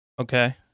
Okay